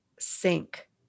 sink